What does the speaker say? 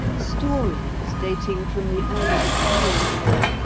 stories, dating from the early victorian era,